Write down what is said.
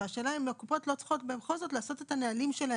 השאלה אם הקופות לא צריכות בכל זאת לעשות את הנהלים שלהן?